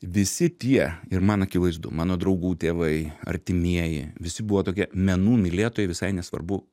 visi tie ir man akivaizdu mano draugų tėvai artimieji visi buvo tokie menų mylėtojai visai nesvarbu